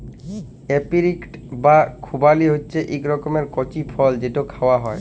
apricot বা খুবালি হছে ইক রকমের কঁচি ফল যেট খাউয়া হ্যয়